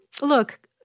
look